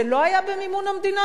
זה לא היה במימון המדינה,